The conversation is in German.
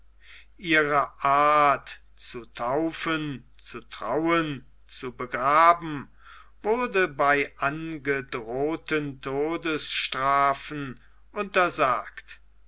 ihre art zu taufen zu trauen zu begraben wurde bei angedrohten todesstrafen untersagt